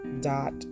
dot